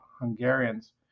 Hungarians